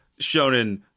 shonen